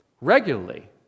regularly